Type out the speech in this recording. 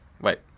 wait